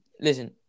listen